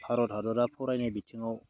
भारत हादरा फरायनाय बिथिङाव